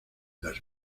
las